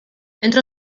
entre